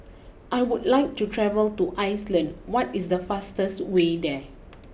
I would like to travel to Iceland what is the fastest way there